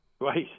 Right